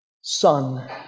Son